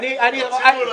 אני צודק.